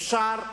אפשר לשנות.